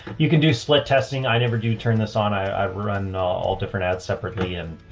you can do split testing. i never do turn this on. i, i run all different ads separately and,